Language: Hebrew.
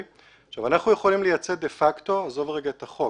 אנחנו יכולים לייצא דה פקטו עזוב לרגע את החוק,